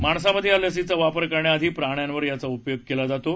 माणसामध्ये या लसीचा वापर करण्याआधी प्राण्यांवर याचा प्रयोग केला जातो